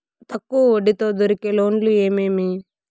తక్కువ వడ్డీ తో దొరికే లోన్లు ఏమేమీ?